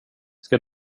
ska